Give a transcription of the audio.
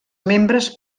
membres